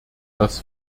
das